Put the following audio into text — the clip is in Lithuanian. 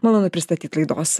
malonu pristatyt laidos